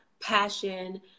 passion